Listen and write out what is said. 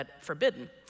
forbidden